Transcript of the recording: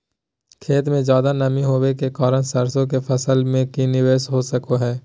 खेत में ज्यादा नमी होबे के कारण सरसों की फसल में की निवेस हो सको हय?